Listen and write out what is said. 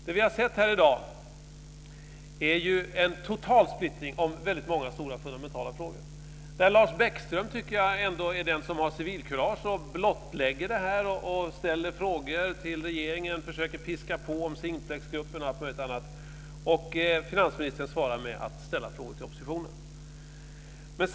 Det vi har sett här i dag är en total splittring i väldigt stora och fundamentala frågor. Lars Bäckström tycker jag ändå är den som har civilkurage att blottlägga detta och ställa frågor till regeringen. Han försöker piska på om Simplexgruppen och allt möjligt annat, och finansministern svarar med att ställa frågor till oppositionen.